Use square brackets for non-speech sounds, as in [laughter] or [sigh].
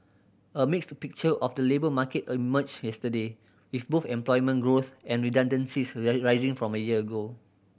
a mixed picture of the labour market emerged yesterday with both employment growth and redundancies [unintelligible] rising from a year ago